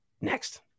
next